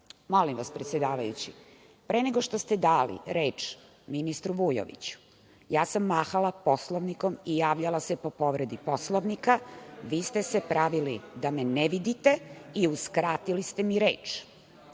1.Molim vas, predsedavajući, pre nego što ste dali reč ministru Vujoviću mahala sam Poslovnikom i javljala se po povredi Poslovnika. Pravili ste se da me ne vidite i uskratili ste mi reč,